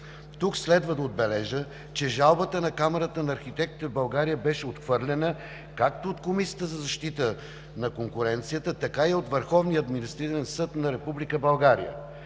Тук следва да отбележа, че жалбата на Камарата на архитектите в България беше отхвърлена както от Комисията за защита на конкуренцията, така и от Върховния административен съд на Република